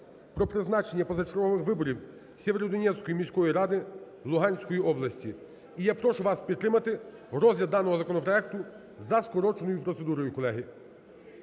про призначення позачергових виборів Сєвєродонецької міської ради Луганської області. І я прошу вас підтримати розгляд даного законопроекту за скороченою процедурою, колеги.